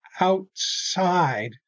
outside